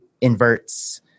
inverts